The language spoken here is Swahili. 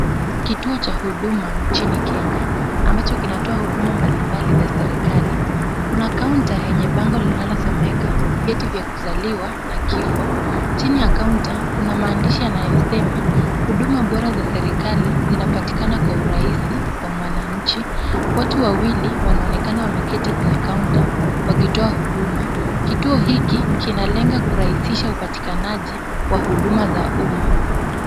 Kituo cha huduma nchini Kenya ambacho kinatoa huduma mbalimbali za serikali. Kuna kaunta yenye bango linalosomeka vyeti vya kuzaliwa na kifo. Chini ya kaunta kuna maandishi yanayosema huduma bora za serikali zinapatikana kwa urahisi kwa mwananchi. Watu wawili wanaonekana wameketi kwenye kaunta wakitoa huduma. Kituo hiki kinalenga kurahisisha upatikanaji wa huduma za umma.